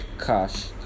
cash